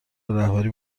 رهبری